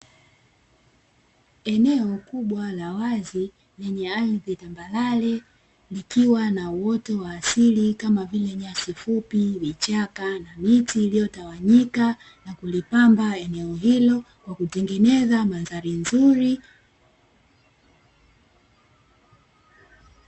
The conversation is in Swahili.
Eneo kubwa la wazi lenye ardhi tambarare, likiwa na uoto wa asili kama vile nyasi fupi, vichaka na miti iliyotawanyika na kulipamba eneo hilo, kwa kutengeneza mandhari nzuri.